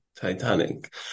Titanic